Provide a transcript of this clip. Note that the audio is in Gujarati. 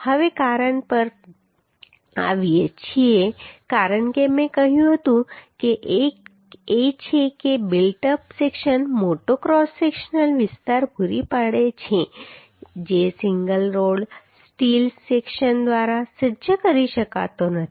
હવે કારણ પર આવીએ છીએ કારણ કે મેં કહ્યું હતું કે એક એ છે કે બિલ્ટ અપ સેક્શન મોટો ક્રોસ સેક્શનલ વિસ્તાર પૂરો પાડે છે જે સિંગલ રોલ્ડ સ્ટીલ સેક્શન દ્વારા સજ્જ કરી શકાતો નથી